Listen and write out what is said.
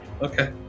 okay